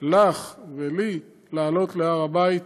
לך ולי לעלות להר הבית.